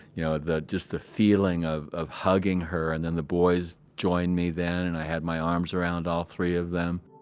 you know, ah just the feeling of, of hugging her, and then the boys joined me then, and i had my arms around all three of them